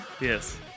Yes